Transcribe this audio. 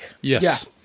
Yes